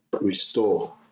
restore